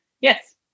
Yes